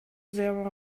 there